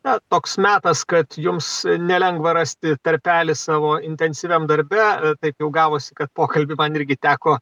na toks metas kad jums nelengva rasti tarpelį savo intensyviam darbe taip jau gavosi kad pokalbį man irgi teko